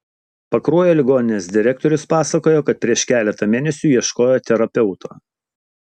pakruojo ligoninės direktorius pasakojo kad prieš keletą mėnesių ieškojo terapeuto